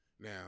Now